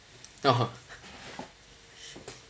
no